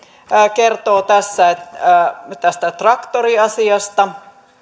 kertoo tässä tästä traktoriasiasta